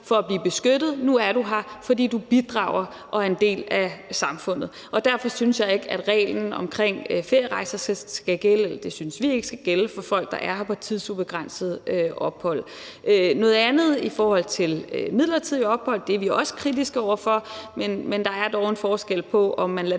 for at blive beskyttet; nu er du her, fordi du bidrager og er en del af samfundet. Derfor synes vi ikke, at reglen omkring ferierejser skal gælde for folk, der er her på tidsubegrænset ophold. Noget andet i forhold til midlertidigt ophold er vi også kritiske over for, men der er dog en forskel på, om man lader